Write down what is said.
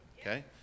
okay